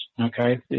Okay